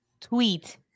tweet